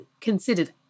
considered